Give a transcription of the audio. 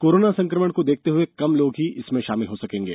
corona संक्रमण को देखते हुए कम लोग ही इसमें षामिल हो सकेंगे